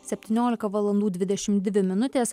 septyniolika valandų dvidešimt dvi minutės